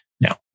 No